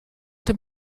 dem